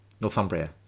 Northumbria